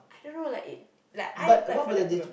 I don't know like it like I applied for that programme